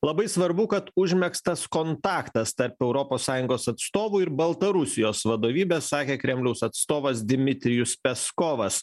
labai svarbu kad užmegztas kontaktas tarp europos sąjungos atstovų ir baltarusijos vadovybės sakė kremliaus atstovas dmitrijus peskovas